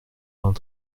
vingt